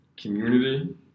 community